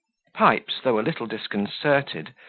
pipes, though a little disconcerted,